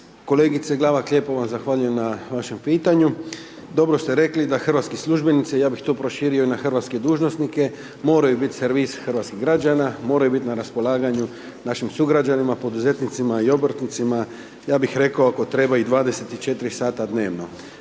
Kolegice Glavak lijepo vam zahvaljujem na vašem pitanju dobro ste rekli da hrvatski službenici, ja bi to proširio na hrvatske dužnosnike, moraju bit i servis hrvatskih građana, moraju bit ina raspolaganju našim sugrađanima, poduzetnicima, obrtnicima, ja bi rekao ako treba i 24 sata dnevno.